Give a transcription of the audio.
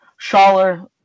Schaller